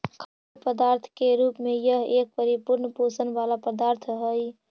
खाद्य पदार्थ के रूप में यह एक परिपूर्ण पोषण वाला पदार्थ हई